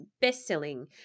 best-selling